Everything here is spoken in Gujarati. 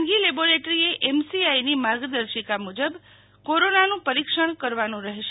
ખાનગી લેબોરેટરી એ એમ સી આઈ ની માર્ગદર્શિકા મુજબ કોરોનાનું પરીક્ષણ જ્કારવાનું રહેશે